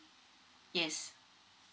yes